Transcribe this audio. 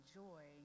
joy